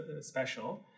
special